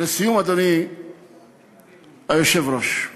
אדוני היושב-ראש,